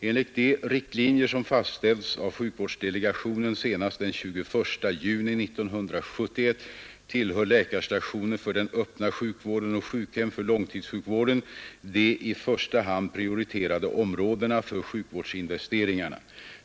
Enligt de riktlinjer som fastställts av sjukvårdsdelegationen senast den 21 juni 1971 tillhör läkarstationer för den öppna sjukvården och sjukhem för långtidssjukvården de i första hand prioriterade områdena för sjukvårdsinvesteringarna.